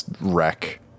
wreck